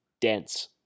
dense